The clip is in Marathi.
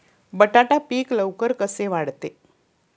बटाटा पीक लवकर कसे वाढते?